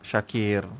Shakir